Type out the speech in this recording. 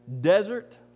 desert